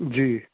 جی